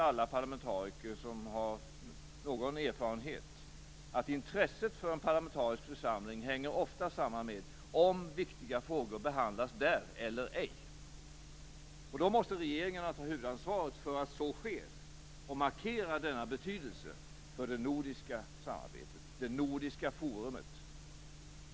Alla parlamentariker som har någon erfarenhet vet att intresset för en parlamentarisk församling ofta hänger samman med om viktiga frågor behandlas där eller ej. Regeringarna måste ta huvudansvaret för att så sker och markera att det nordiska forumet har denna betydelse.